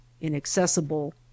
inaccessible